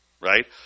right